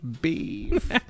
beef